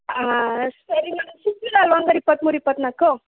ಹಾಂ ಸರಿ ನನ್ಗೆ ಸಿಕ್ತೀರಾ ಅಲ್ಲವಾ ಹಂಗಾರೆ ಇಪ್ಪತ್ತ್ಮೂರು ಇಪ್ಪತ್ತ್ನಾಲ್ಕು